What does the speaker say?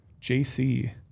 JC